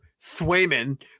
Swayman